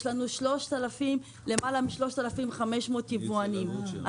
יש לנו למעלה מ-3500 יבואנים,